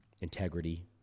integrity